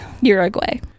Uruguay